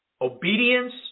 Obedience